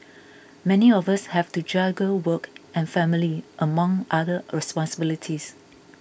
many of us have to juggle work and family among other responsibilities